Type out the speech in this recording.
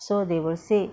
so they will say